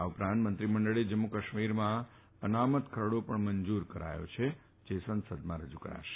આ ઉપરાંત મંત્રીમંડળે જમ્મુ કાશ્મીરમાં અનામત ખરડો મંજૂર કરાયો છે તે સંસદમાં રજૂ કરાશે